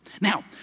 Now